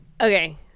Okay